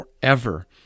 forever